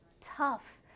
tough